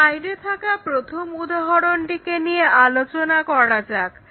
স্লাইডে থাকা প্রথম উদাহরণটিকে নিয়ে আলোচনা করা যাক